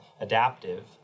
adaptive